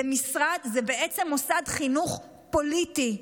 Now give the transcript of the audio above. זה בעצם מוסד חינוך פוליטי,